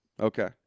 Okay